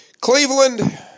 Cleveland